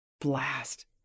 Blast